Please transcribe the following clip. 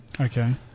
Okay